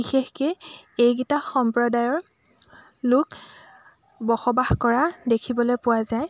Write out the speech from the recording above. বিশেষকৈ এইকেইটা সম্প্ৰদায়ৰ লোক বসবাস কৰা দেখিবলৈ পোৱা যায়